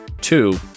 Two